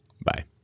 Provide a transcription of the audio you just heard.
Bye